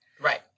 Right